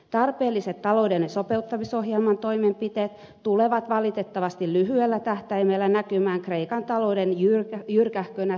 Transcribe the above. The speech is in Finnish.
tarpeelliset talouden sopeuttamisohjelman toimenpiteet tulevat valitettavasti lyhyellä tähtäimellä näkymään kreikan talouden jyrkähkönä sukelluksena